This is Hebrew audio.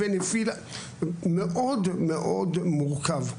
מאוד מאוד מורכב.